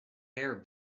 hair